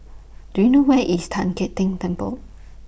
Do YOU know Where IS Tan Keng Temple